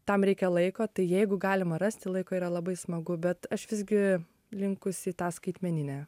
tam reikia laiko tai jeigu galima rasti laiko yra labai smagu bet aš visgi linkusi į tą skaitmeninę